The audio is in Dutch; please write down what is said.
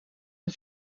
hun